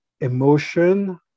emotion